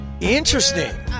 Interesting